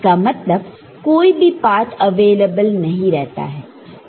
इसका मतलब कोई भी पात अवेलेबल नहीं रहता है